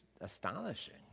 astonishing